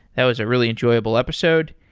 that was a really enjoyable episode.